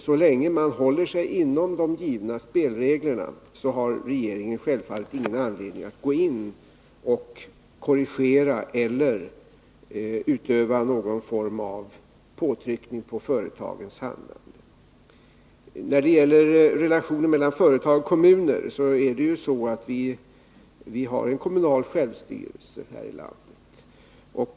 Så länge man håller sig till de givna spelreglerna har regeringen självfallet ingen anledning att gå in och korrigera eller utöva någon form av påtryckning när det gäller företagens handlande. I fråga om relationen mellan företag och kommuner är det ju så att vi har en kommunal självstyrelse här i landet.